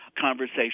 conversation